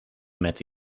met